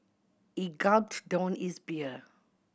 he gulped down his beer